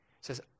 says